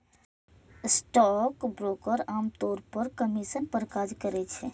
stockbroker आम तौर पर कमीशन पर काज करै छै